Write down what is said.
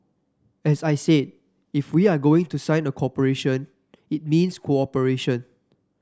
as I said if we are going to sign a cooperation it means cooperation